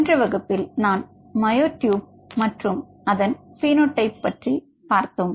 சென்ற வகுப்பில் நான் மாயோ டியூப் மற்றும் அதன் பீனோட்டிப் பற்றி பார்த்தோம்